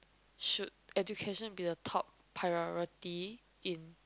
should education be the top priority in